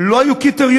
ולא היו קריטריונים,